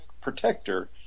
protector